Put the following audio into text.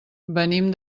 venim